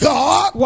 God